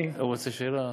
הוא רוצה שאלה,